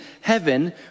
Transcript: heaven